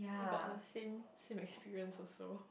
got the same same experience also